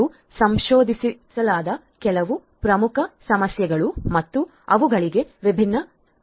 ಇವು ಸಂಶೋಧಿಸಲಾದ ಕೆಲವು ಪ್ರಮುಖ ಸಮಸ್ಯೆಗಳು ಮತ್ತು ಅವುಗಳಿಗೆ ವಿಭಿನ್ನ ಪರಿಹಾರಗಳಿವೆ